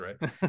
right